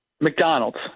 McDonald's